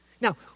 Now